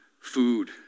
food